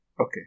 okay